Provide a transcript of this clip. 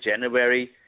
January